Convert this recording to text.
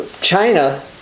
China